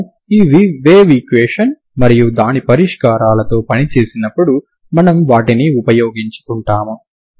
మనము ఈ wave equation మరియు దాని పరిష్కారాలతో పని చేసినప్పుడు మనము వాటిని ఉపయోగించుకుంటాము